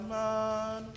man